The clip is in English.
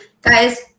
guys